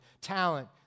talent